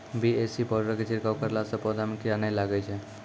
BAC powder के छिड़काव करला से पौधा मे कीड़ा नैय लागै छै?